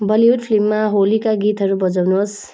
Bollywood फिल्ममा होलीका गीतहरू बजाउनुहोस्